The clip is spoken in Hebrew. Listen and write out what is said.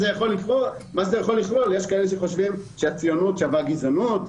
יש כאלו שחושבים שהציונות שווה גזענות,